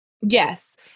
Yes